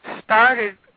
started